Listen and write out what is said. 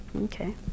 Okay